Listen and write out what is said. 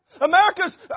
America's